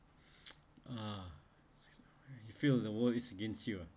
uh you feel the world is against you ah